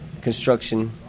construction